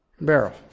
Barrel